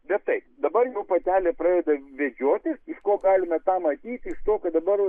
bet taip dabar jau patelė pradeda vedžiotis iš ko galime tą matyti iš to kad dabar